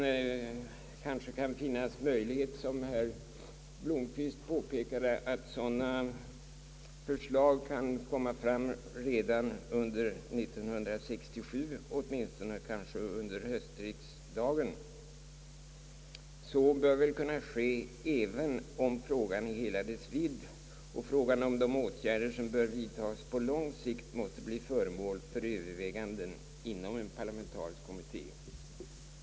Möjlighet finns kanske, såsom herr Blomquist påpekade, att sådana förslag skall framkomma redan 1967, och åtminstone kunna föreläggas höstriksdagen. Detta synes vara Önskvärt, även om problemet i hela dess vidd och frågan om de åtgärder, som skall vidtagas på lång sikt, måste bli föremål för överväganden inom en parlamentarisk kommitté.